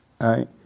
right